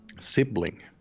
sibling